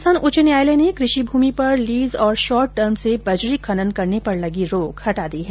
राजस्थान उच्च न्यायालय ने कृषि भूमि पर लीज और शॉर्ट टर्म से बजरी खनन करने पर लगी रोक हटा दी है